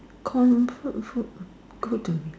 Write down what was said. comfort food ah